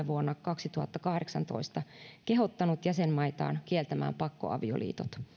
vuonna kaksituhattakahdeksantoista kehottanut jäsenmaitaan kieltämään pakkoavioliitot